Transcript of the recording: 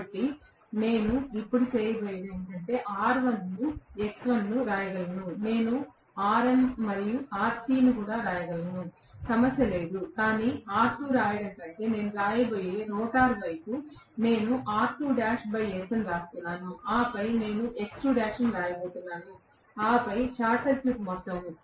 కాబట్టి నేను ఇప్పుడు చేయబోయేది ఏమిటంటే నేను R1 X1 ను వ్రాయగలను మరియు నేను Xm మరియు Rc ను వ్రాయగలను సమస్య లేదు కానీ R2 రాయడం కంటే నేను రాయబోయే రోటర్ వైపు నేను వ్రాస్తున్నాను ఆపై నేను X2' ను వ్రాయబోతున్నాను ఆపై షార్ట్ సర్క్యూట్ మొత్తం